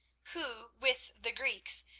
who, with the greeks,